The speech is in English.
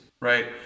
Right